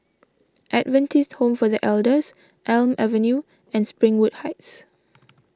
Adventist Home for the Elders Elm Avenue and Springwood Heights